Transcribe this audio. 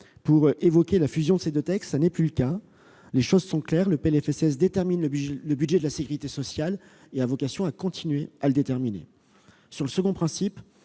pour évoquer la fusion de ces deux textes, il n'est en plus question. Les choses sont claires : le PLFSS détermine le budget de la sécurité sociale et a vocation à continuer à le faire. S'agissant du second principe,